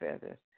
feathers